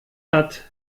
hat